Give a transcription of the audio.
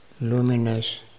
luminous